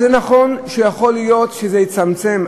אז נכון שיכול להיות שזה יצמצם,